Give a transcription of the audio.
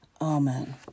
amen